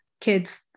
kids